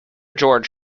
george